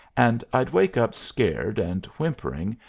and i'd wake up scared and whimpering,